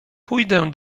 pójdę